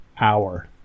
hour